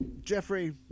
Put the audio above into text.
jeffrey